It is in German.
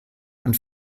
und